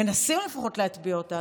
מנסים לפחות להטביע אותה.